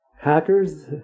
Hackers